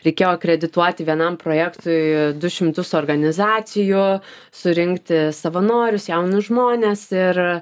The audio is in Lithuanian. reikėjo kredituoti vienam projektui du šimtus organizacijų surinkti savanorius jaunus žmones ir